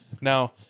Now